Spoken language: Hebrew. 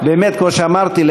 באמת כמו שאמרתי,